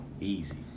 Easy